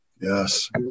yes